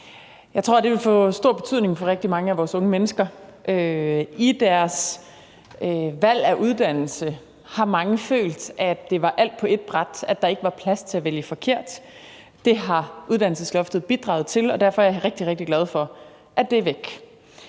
Jeg tror, at det vil få stor betydning for rigtig mange af vores unge mennesker. I deres valg af uddannelse har mange følt, at det var alt på ét bræt, altså at der ikke var plads til at vælge forkert. Det har uddannelsesloftet bidraget til, og derfor er jeg rigtig, rigtig glad for, at det er væk.